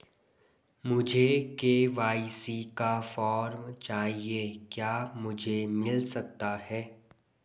मुझे के.वाई.सी का फॉर्म चाहिए क्या मुझे मिल सकता है?